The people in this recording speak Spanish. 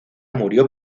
murió